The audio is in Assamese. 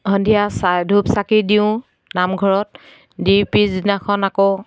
সন্ধিয়া চা ধূপ চাকি দিওঁ নামঘৰত দি পিছদিনাখন আকৌ